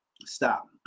Stop